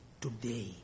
today